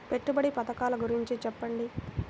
పెట్టుబడి పథకాల గురించి చెప్పండి?